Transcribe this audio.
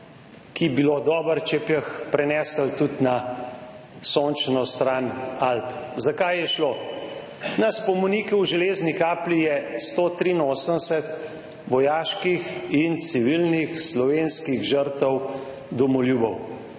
bi bilo dobro, če bi jih prenesli tudi na sončno stran Alp. Za kaj je šlo? Na spomeniku v Železni Kapli je 183 vojaških in civilnih slovenskih žrtev domoljubov,